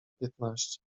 piętnaście